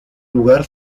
lugar